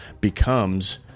becomes